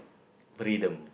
freedom